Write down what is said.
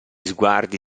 sguardi